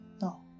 No